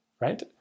right